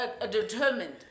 determined